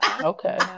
Okay